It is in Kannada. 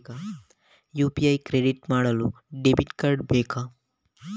ಯು.ಪಿ.ಐ ಕ್ರಿಯೇಟ್ ಮಾಡಲು ಡೆಬಿಟ್ ಕಾರ್ಡ್ ಬೇಕಾ?